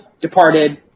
Departed